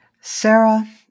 Sarah